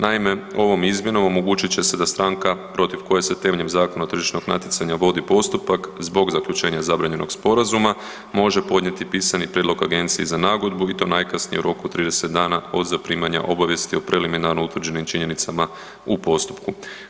Naime, ovom izmjenom omogućit će se da stranka protiv koje se temeljem Zakona o tržišnom natjecanju vodi postupak zbog zaključenja zabranjenog sporazuma može podnijeti pisani prijedlog agenciji za nagodbu i to najkasnije u roku od 30 dana od zaprimanja obavijesti o preliminarno utvrđenim činjenicama u postupku.